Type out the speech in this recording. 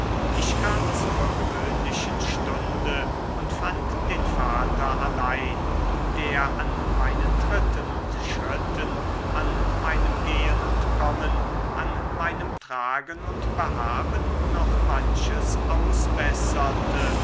ich kam zur gewöhnlichen stunde und fand den vater allein der an meinen tritten und schritten an meinem gehen und kommen an meinem tragen und behaben noch manches ausbesserte